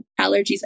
allergies